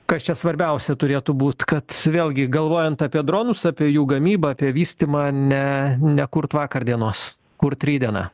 kas čia svarbiausia turėtų būt kad vėlgi galvojant apie dronus apie jų gamybą apie vystymą ne nekurt vakar dienos kurt rytdieną